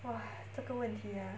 !wah! 这个问题 ah